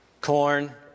Corn